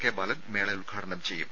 K Balan മേള ഉദ്ഘാടനം ചെയ്യും